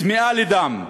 צמאה לדם,